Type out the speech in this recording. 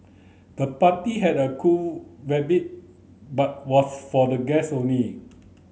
the party had a cool but was for the guest only